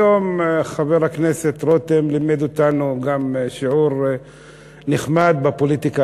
היום חבר הכנסת רותם לימד אותנו גם שיעור נחמד בפוליטיקה